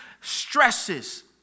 stresses